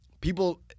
people